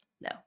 no